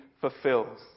fulfills